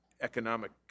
economic